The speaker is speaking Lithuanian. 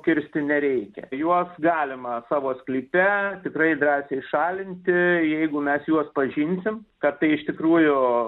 kirsti nereikia juos galima savo sklype tikrai drąsiai šalinti jeigu mes juos pažinsim kad tai iš tikrųjų